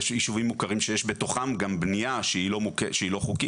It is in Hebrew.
יש ישובים מוכרים שיש בתוכם גם בנייה שהיא לא חוקית.